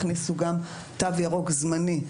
הכניסו גם תו ירוק זמני,